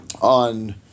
on